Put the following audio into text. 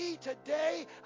today